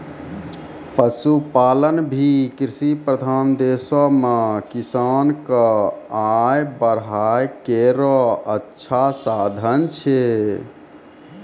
पशुपालन भी कृषि प्रधान देशो म किसान क आय बढ़ाय केरो अच्छा साधन छै